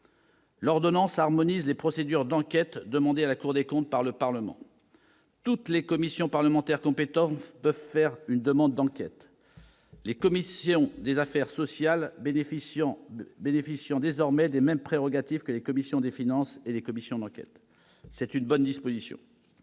L'ordonnance harmonise les procédures d'enquêtes demandées à la Cour des comptes par le Parlement. Toutes les commissions parlementaires compétentes peuvent faire une demande d'enquête, les commissions des affaires sociales bénéficiant désormais des mêmes prérogatives que les commissions des finances et les commissions d'enquête. C'est une bonne disposition.